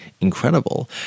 incredible